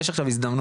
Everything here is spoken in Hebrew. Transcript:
יש עכשיו הזדמנות.